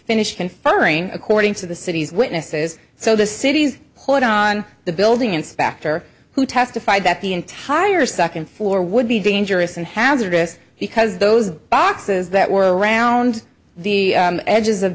finish conferring according to the city's witnesses so the city's hold on the building inspector who testified that the entire second floor would be dangerous and hazardous because those boxes that were around the edges of